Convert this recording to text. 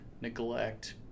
neglect